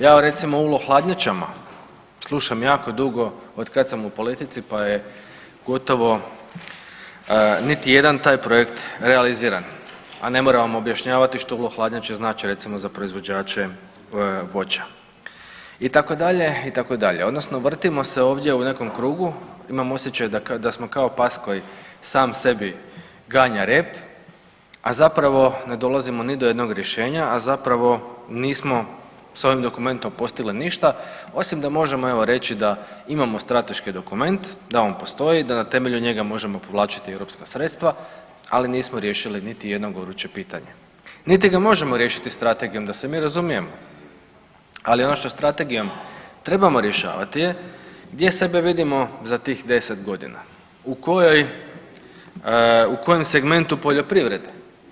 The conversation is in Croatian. Ja evo recimo o ULO hladnjačama slušam jako dugo otkad sam u politici, pa je gotovo niti jedan taj projekt realiziran, a ne moram vam objašnjavati što ULO hladnjače znače recimo za proizvođače voća, itd., itd. odnosno vrtimo se ovdje u nekom krugu, imam osjećaj da smo kao pas koji sam sebi ganja rep, a zapravo ne dolazimo ni do jednog rješenja, a zapravo nismo s ovim dokumentom postigli ništa osim da možemo evo reći da imamo strateški dokument, da on postoji, da na temelju njega možemo povlačiti europska sredstva, ali nismo riješili niti jedno goruće pitanje, niti ga možemo riješiti strategijom da se mi razumijemo, ali ono što strategijom trebamo rješavati je gdje sebe vidimo za tih 10.g., u kojoj, u kojem segmentu poljoprivrede.